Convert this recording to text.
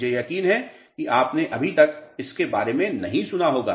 मुझे यकीन है कि आपने अभी तक इसके बारे में नहीं सुना होगा